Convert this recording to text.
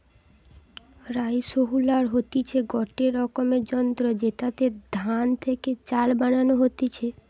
rice huller হতিছে গটে রকমের যন্ত্র জেতাতে ধান থেকে চাল বানানো হতিছে